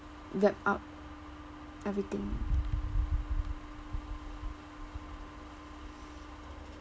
wrap up everything